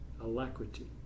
alacrity